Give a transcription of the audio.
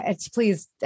Please